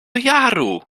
jaru